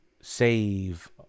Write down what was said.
Save